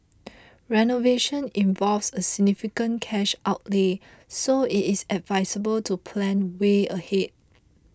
renovation involves a significant cash outlay so it is advisable to plan way ahead